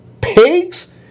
pigs